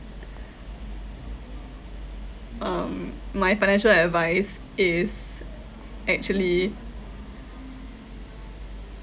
um my financial advice is actually